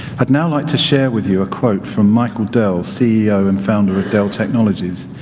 i'd now like to share with you a quote from michael dell ceo and founder of dell technologies,